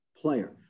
player